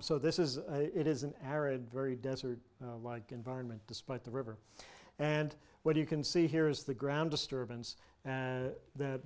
so this is it is an arid very desert like environment despite the river and what you can see here is the ground disturbance that